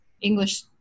English